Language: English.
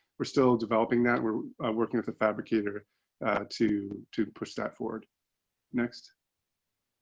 we're still developing that we're working with a fabricator to to push that forward next